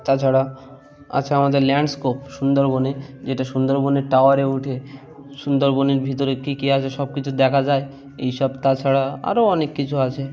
তাছাড়া আছে আমাদের ল্যান্ডস্কেপ সুন্দরবনে যেটা সুন্দরবনের টাওয়ারে উঠে সুন্দরবনের ভিতরে কী কী আছে সব কিছু দেখা যায় এই সব তাছাড়া আরও অনেক কিছু আছে